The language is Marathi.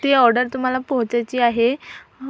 ते ऑर्डर तुम्हाला पोहचायची आहे